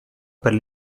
per